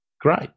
Great